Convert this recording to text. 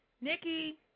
Nikki